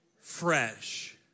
fresh